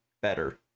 better